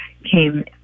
Came